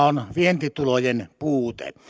on vientitulojen puute